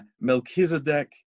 Melchizedek